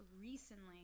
recently